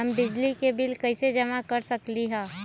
हम बिजली के बिल कईसे जमा कर सकली ह?